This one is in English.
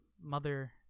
Mother